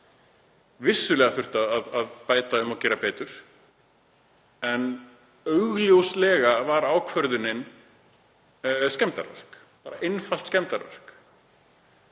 Vissulega hefur þurft að bæta um og gera betur, en augljóslega var ákvörðunin skemmdarverk, bara einfalt skemmdarverk.